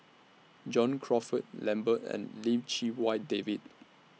John Crawfurd Lambert and Lim Chee Wai David